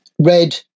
red